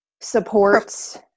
supports